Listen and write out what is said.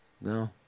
no